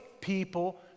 people